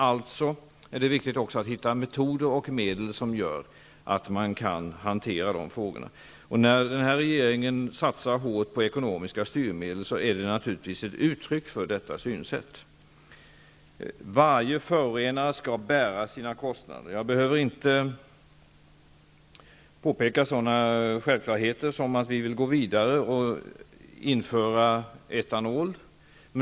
Därför är det också viktigt att hitta metoder och medel som gör att vi kan hantera dessa frågor. När den här regeringen satsar hårt på ekonomiska styrmedel är det naturligtvis ett uttryck för detta synsätt. Varje förorenare skall bära sina kostnader. Jag behöver inte påpeka sådana självklarheter som att vi vill gå vidare och införa etanol.